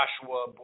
Joshua